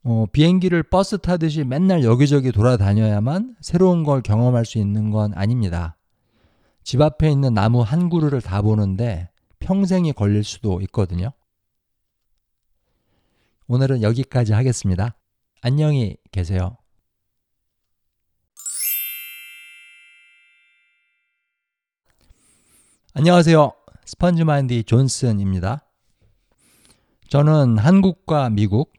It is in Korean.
어, 비행기를 버스 타듯이 맨날 여기저기 돌아다녀야만 새로운 걸 경험할 수 있는 건 아닙니다. 집 앞에 있는 나무 한 그루를 다 보는데 평생이 걸릴 수도 있거든요. 오늘은 여기까지 하겠습니다. 안녕히 계세요. 안녕하세요. 스펀지마인드의 존슨입니다. 저는 한국과 미국,